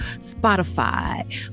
Spotify